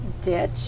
Ditch